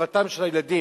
לטובתם של הילדים,